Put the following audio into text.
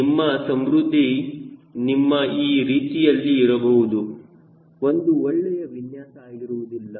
ನಿಮ್ಮ ಸಮೃದ್ಧಿ ನೀವು ಈ ರೀತಿಯಲ್ಲಿ ಇರಬಹುದು ಅದು ಒಳ್ಳೆಯ ವಿನ್ಯಾಸ ಆಗಿರುವುದಿಲ್ಲ